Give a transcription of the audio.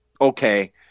okay